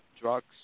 drugs